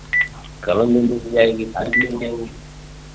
कलम भी मिल जाएगी हर चीज़ देंगे